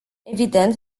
evident